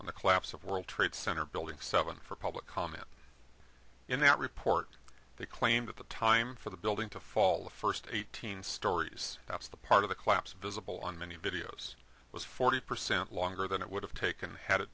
on the collapse of world trade center building seven for public comment in that report they claim that the time for the building to fall the first eighteen stories that's the part of the collapse visible on many videos was forty percent longer than it would have taken had